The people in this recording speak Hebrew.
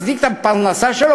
מצדיק את הפרנסה שלו,